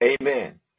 Amen